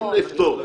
אין לפטור.